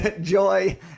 joy